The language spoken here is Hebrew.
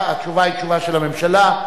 התשובה היא תשובה של הממשלה,